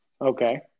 Okay